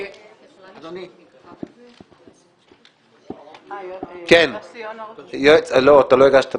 אדוני --- לא, אתה לא הגשת בקשה.